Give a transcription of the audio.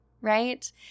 right